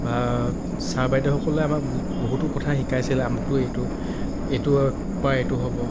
বা চাৰ বাইদেউসকলে আমাক বহুতো কথা শিকাইছিল আমোকটো এইটো এইটোৰ পৰা এইটো হ'ব